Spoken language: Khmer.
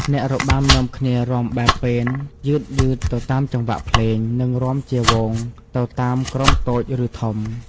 អ្នករបាំនាំគ្នារាំបែបពេន យឺតៗទៅតាមចង្វាក់ភ្លេង និងរាំជាហ្វូងទៅតាមក្រុមតូច ឬធំ ។